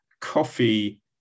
coffee